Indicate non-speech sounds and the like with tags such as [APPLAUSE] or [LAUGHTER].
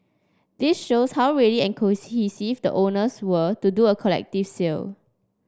this shows how ready and [UNINTELLIGIBLE] the owners were to do a collective sale